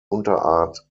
unterart